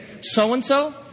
so-and-so